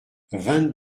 vingt